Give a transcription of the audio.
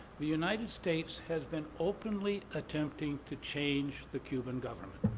the united states has been openly attempting to change the cuban government.